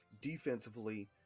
defensively